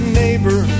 neighbor